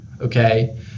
okay